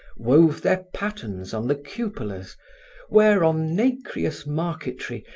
wove their patterns on the cupolas where, on nacreous marquetry,